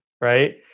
right